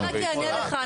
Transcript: סליחה, אני רק אענה לך.